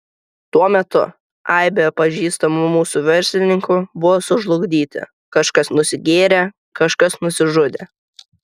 tuo metu aibė pažįstamų mūsų verslininkų buvo sužlugdyti kažkas nusigėrė kažkas nusižudė